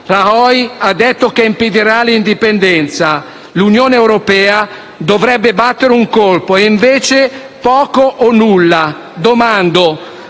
Rajoy ha detto che impedirà l'indipendenza. L'Unione europea dovrebbe battere un colpo e invece fa poco o nulla. Domando: